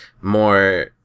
more